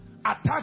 attack